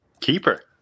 Keeper